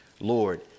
Lord